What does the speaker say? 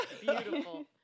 beautiful